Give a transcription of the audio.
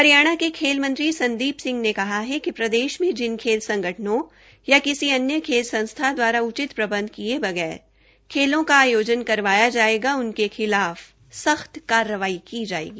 हरियाणा के खेल मंत्री संदीप सिंह ने कहा है कि प्रदेश में जिन खेल संगठनों या किसी अन्य खेल संस्था द्वारा उचित प्रबंध किए बगैर खेलों का आयोजन करवाया जाएगा उनके खिलाफ सख्त कार्रवाई की जाएगी